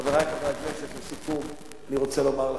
חברי חברי הכנסת, לסיכום, אני רוצה לומר לכם,